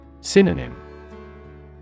Synonym